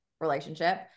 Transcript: relationship